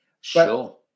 Sure